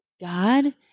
God